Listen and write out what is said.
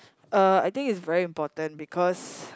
uh I think it's very important because